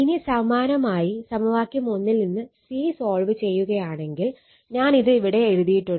ഇനി സമാനമായി സമവാക്യം ൽ നിന്ന് C സോൾവ് ചെയ്യുകയാണെങ്കിൽ ഞാൻ ഇത് ഇവിടെ എഴുതിയിട്ടുണ്ട്